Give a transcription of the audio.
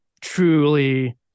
truly